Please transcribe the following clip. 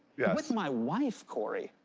yeah with my wife, cory,